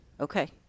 Okay